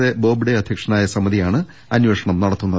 A Bobde അധ്യക്ഷനായ സമിതിയാണ് അന്വേഷണം നടത്തുന്നത്